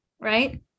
right